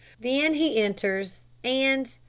then he enters, and,